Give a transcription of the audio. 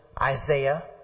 Isaiah